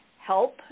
help